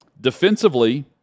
Defensively